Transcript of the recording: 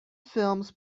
films